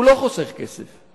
הוא לא חוסך כסף,